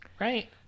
Right